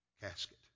casket